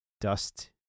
dust